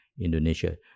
Indonesia